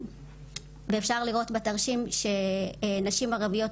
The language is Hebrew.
אפשר לראות בתרשים שנשים ערביות,